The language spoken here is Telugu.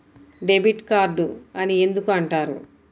డెబిట్ కార్డు అని ఎందుకు అంటారు?